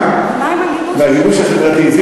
מה עם הגיבוש החברתי?